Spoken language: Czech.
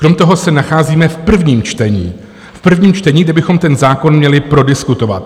Krom toho se nacházíme v prvním čtení v prvním čtení kde bychom ten zákon měli prodiskutovat.